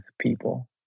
people